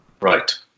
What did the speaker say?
Right